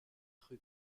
rue